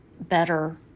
better